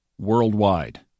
Worldwide